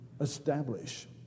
establish